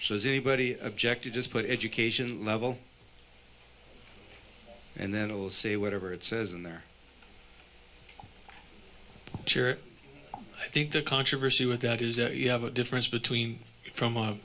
so as a body objective just put education level and then i will say whatever it says in there i think the controversy with that is that you have a difference between from a